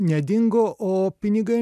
nedingo o pinigai